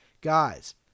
Guys